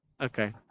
Okay